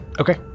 Okay